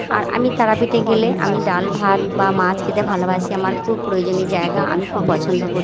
আর আমি তারাপীঠে গেলে আমি ডাল ভাত বা মাছ খেতে ভালোবাসি আমার খুব প্রয়োজনীয় জায়গা আমি খুব পছন্দ করি